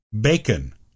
Bacon